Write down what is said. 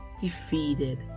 defeated